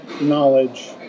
knowledge